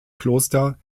kloster